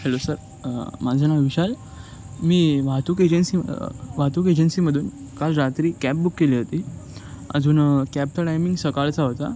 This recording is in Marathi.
हॅलो सर माझं नाव विशाल मी वाहतूक एजन्सी वाहतूक एजन्सीमधून काल रात्री कॅब बुक केली होती अजून कॅबचा टायमिंग सकाळचा होता